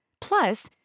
Plus